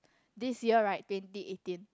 this year right twenty eighteen